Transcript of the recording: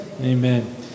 Amen